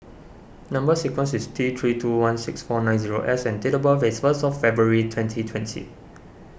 Number Sequence is T three two one six four nine zero S and date of birth is first February twenty twenty